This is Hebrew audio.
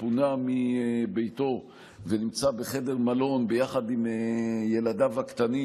והוא פונה מביתו ונמצא בחדר מלון יחד עם ילדיו הקטנים,